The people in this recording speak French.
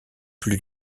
plus